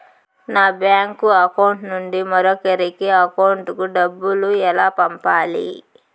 నా bank account నుండి మరొకరి అకౌంట్ కు డబ్బులు ఎలా పంపాలి